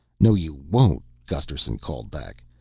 no, you won't, gusterson called back.